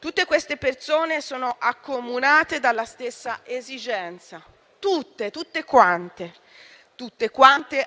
Tutte queste persone sono accomunate dalla stessa esigenza, tutte